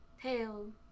tail